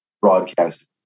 broadcast